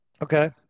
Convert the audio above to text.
Okay